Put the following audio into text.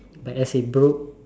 but as it broke